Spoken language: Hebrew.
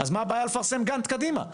אז מה הבעיה לפרסם גאנט קדימה?